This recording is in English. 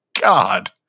God